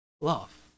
love